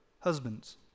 Husbands